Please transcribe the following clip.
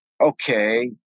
okay